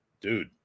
dude